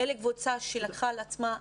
זו קבוצה שלקחה על עצמה הלוואות,